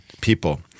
people